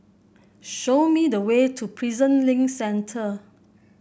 show me the way to Prison Link Centre